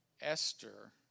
Esther